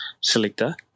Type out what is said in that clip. selector –